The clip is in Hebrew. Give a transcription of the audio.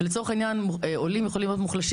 לצורך העניין עולים יכולים להיות מוחלשים